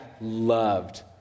loved